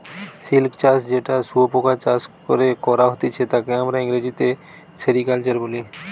silk চাষ যেটা শুয়োপোকা চাষ করে করা হতিছে তাকে আমরা ইংরেজিতে সেরিকালচার বলি